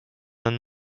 and